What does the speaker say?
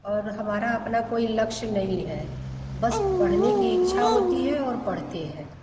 और हमारा अपना कोई लक्ष्य नहीं है बस पढ़ने की इच्छा होती है और पढ़ते हैं